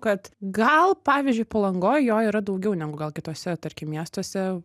kad gal pavyzdžiui palangoj jo yra daugiau negu gal kituose tarkim miestuose